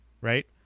right